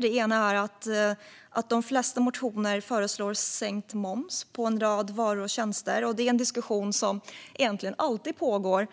Den ena är att det i de flesta motioner föreslås sänkt moms på en rad varor och tjänster. Det är en diskussion som egentligen alltid pågår.